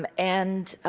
um and